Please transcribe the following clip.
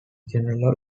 general